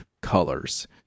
colors